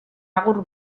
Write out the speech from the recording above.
agur